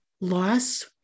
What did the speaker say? Loss